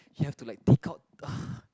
you have to like take out